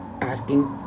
asking